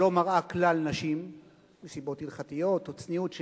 שלא מראה כלל נשים מסיבות הלכתיות או צניעות,